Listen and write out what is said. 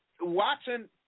Watson